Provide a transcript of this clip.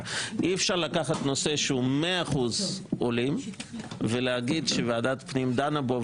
אבל אי-אפשר לקחת נושא שהוא מאה אחוז עולים ולהגיד שוועדת הפנים דנה בו,